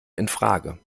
infrage